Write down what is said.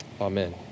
Amen